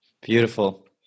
Beautiful